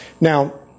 Now